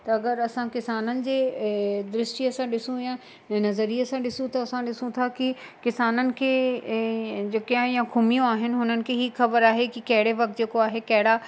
त अगरि असां किसाननि जे दृष्टिअ सां ॾिसूं या नज़रिए सां ॾिसूं त असां ॾिसूं था कि किसाननि खे जेके अञा खुमियूं आहिनि उन्हनि खे ही ख़बर आहे कि कहिड़े वक़्ति आहे जेको आहे कहिड़ा